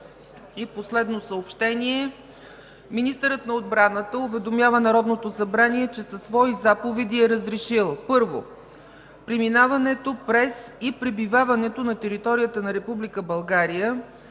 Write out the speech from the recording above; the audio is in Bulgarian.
И последно съобщение – министърът на отбраната уведомява Народното събрание, че със свои заповеди е разрешил: преминаването през и пребиваването на територията на Република